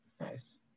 nice